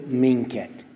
minket